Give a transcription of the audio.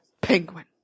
penguin